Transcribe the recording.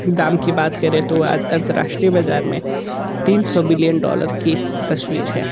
दाम की बात करें तो आज अंतर्राष्ट्रीय बज़ार में तीन सौ बिलियन डॉलर की तस्वीर है